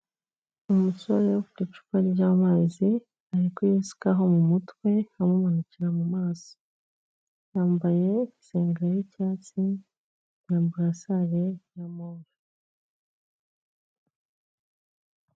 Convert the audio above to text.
Umusore ufite icupa ry'amazi, ari kuyisukaho mu mutwe amumanukira mu maso, yambaye isengeri y'icyatsi na burasari ya move.